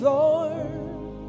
Lord